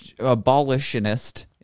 abolitionist